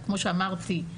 כמו שאמרתי,